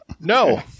No